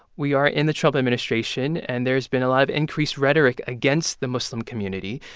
we are in the trump administration, and there has been a lot of increased rhetoric against the muslim community.